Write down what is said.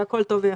והכל טוב ויפה.